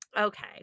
okay